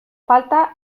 falta